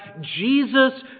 Jesus